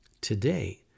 Today